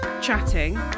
chatting